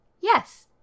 yes